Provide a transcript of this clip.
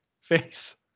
face